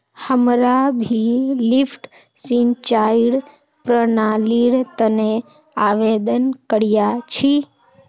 हमरा भी लिफ्ट सिंचाईर प्रणालीर तने आवेदन करिया छि